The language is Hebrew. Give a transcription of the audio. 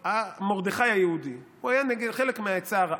מרדכי היהודי, הוא היה חלק מהעצה הרעה,